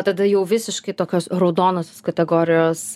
tada jau visiškai tokios raudonosios kategorijos